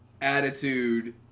attitude